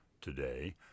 Today